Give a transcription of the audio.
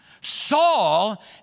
Saul